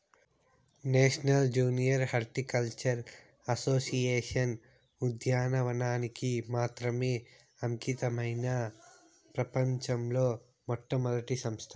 national junior horticultural association ఉద్యానవనానికి మాత్రమే అంకితమైన ప్రపంచంలో మొట్టమొదటి సంస్థ